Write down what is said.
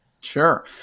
Sure